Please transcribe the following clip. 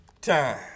time